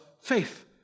faith